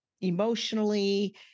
emotionally